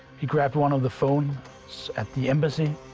he grabbed one of the phones at the embassy,